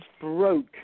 broke